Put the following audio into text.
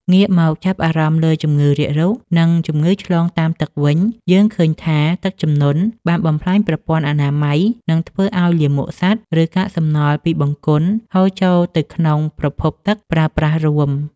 ងាកមកចាប់អារម្មណ៍លើជំងឺរាករូស និងជំងឺឆ្លងតាមទឹកវិញ យើងឃើញថាទឹកជំនន់បានបំផ្លាញប្រព័ន្ធអនាម័យ និងធ្វើឱ្យលាមកសត្វ ឬកាកសំណល់ពីបង្គន់ហូរចូលទៅក្នុងប្រភពទឹកប្រើប្រាស់រួម។